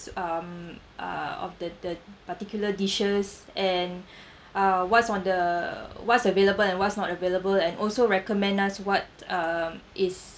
um uh of the the particular dishes and uh what's on the what's available and what's not available and also recommend us what um is